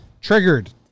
Triggered